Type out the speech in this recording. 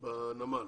בנמל,